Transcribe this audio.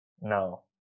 No